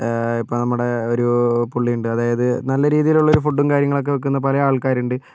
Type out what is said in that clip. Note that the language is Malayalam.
ഇപ്പോൾ നമ്മുടെ ഒരു പുള്ളിയുണ്ട് അതായത് നല്ല രീതിയിലുള്ള ഒരു ഫുഡും കാര്യങ്ങളൊക്കെ വെക്കുന്ന പല ആൾക്കാരുണ്ട്